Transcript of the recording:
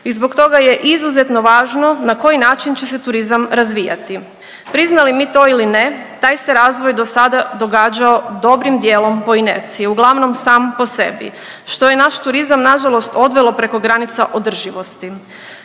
I zbog toga je izuzetno važno na koji način će se turizam razvijati. Priznali mi to ili ne taj se razvoj dosada događao dobrim dijelom po inerciju, uglavnom sam po sebi što je naš turizam nažalost odvelo preko granica održivosti.